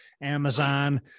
Amazon